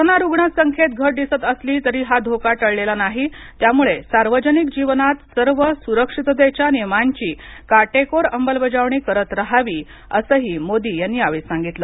corona रुग्ण संख्येत घट दिसत असली तरी हा धोका टळलेला नाही त्यामुळे सार्वजनिक जीवनात सर्व सुरक्षिततेच्या नियमांची काटेकोर अंमलबजावणी करत राहावी असंही मोदी यांनी यावेळी सांगितलं